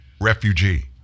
refugee